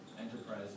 enterprise